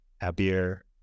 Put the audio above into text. happier